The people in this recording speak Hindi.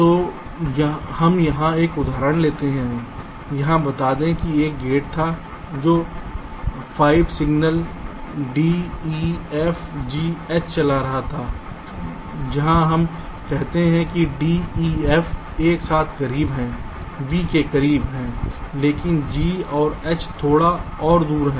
तो हम यहां एक उदाहरण लेते हैं यहां बता दें कि एक गेट था जो 5 signal d e f g h चला रहा था जहां हम कहते हैं कि d e f एक साथ करीब हैं v के करीब हैं लेकिन g और h थोड़ा और दूर हैं